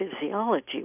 physiology